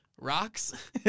rocks